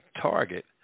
Target